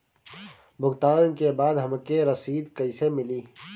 भुगतान के बाद हमके रसीद कईसे मिली?